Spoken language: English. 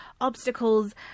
obstacles